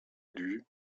liu